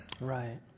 Right